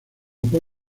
por